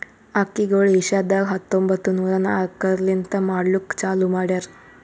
ಅಕ್ಕಿಗೊಳ್ ಏಷ್ಯಾದಾಗ್ ಹತ್ತೊಂಬತ್ತು ನೂರಾ ನಾಕರ್ಲಿಂತ್ ಮಾಡ್ಲುಕ್ ಚಾಲೂ ಮಾಡ್ಯಾರ್